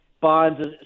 Bonds